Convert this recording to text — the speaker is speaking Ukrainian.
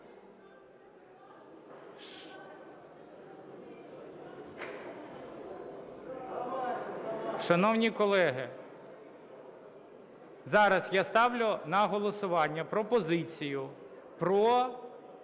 Шановні колеги, зараз я ставлю на голосування пропозицію про